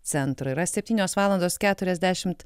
centro yra septynios valandos keturiasdešimt